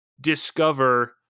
discover